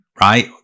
Right